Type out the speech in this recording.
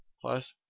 plus